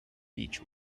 beech